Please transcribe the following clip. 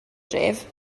dref